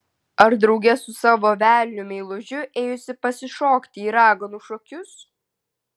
ar drauge su savo velniu meilužiu ėjusi pasišokti į raganų šokius